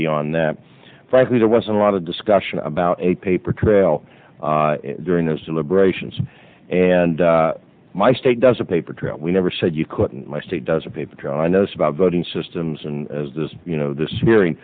beyond that frankly there was a lot of discussion about a paper trail during those deliberations and my state does a paper trail we never said you couldn't my state does a paper trail and i know this about voting systems and this you know this hearing